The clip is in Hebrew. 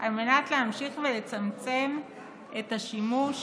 על מנת להמשיך ולצמצם את השימוש